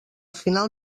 final